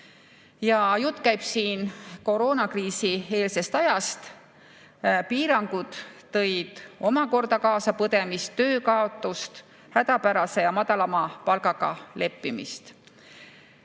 Jutt käib koroonakriisieelsest ajast. Piirangud tõid omakorda kaasa põdemist, töökaotust, hädapärase ja madalama palgaga leppimist.